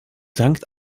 sankt